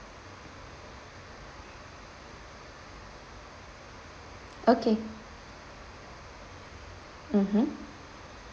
okay mmhmm